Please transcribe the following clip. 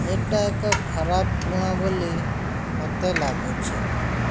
ଏହିଟା ଏକ ଖରାପଗୁଣ ବୋଲି ମୋତେ ଲାଗୁଛି